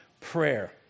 prayer